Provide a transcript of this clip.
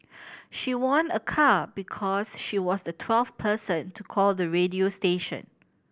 she won a car because she was the twelfth person to call the radio station